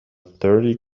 thirty